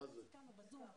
תזמיני